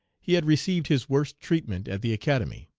he had received his worst treatment at the academy.